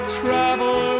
travel